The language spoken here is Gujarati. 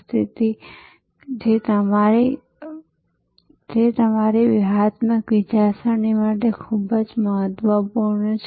સ્થિતિ જે તમારી વ્યૂહાત્મક વિચારસરણી માટે ખૂબ જ મહત્વપૂર્ણ છે